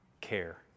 care